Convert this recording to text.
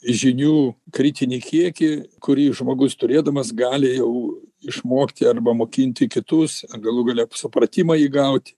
žinių kritinį kiekį kurį žmogus turėdamas gali jau išmokti arba mokinti kitus ar galų gale supratimą įgaut